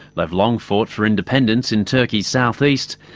they've long fought for independence in turkey's south-east.